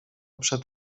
przed